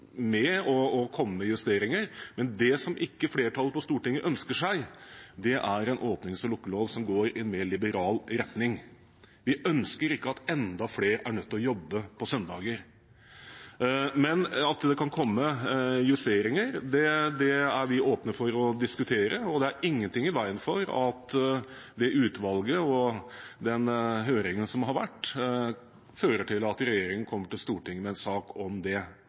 komme med justeringer. Men det som flertallet på Stortinget ikke ønsker seg, er en åpnings- og lukkelov som går i en mer liberal retning. Vi ønsker ikke at enda flere er nødt til å jobbe på søndager. Men at det kan komme justeringer, er vi åpne for å diskutere, og det er ingenting i veien for at utvalget og høringen som har vært, fører til at regjeringen kommer til Stortinget med en sak om det.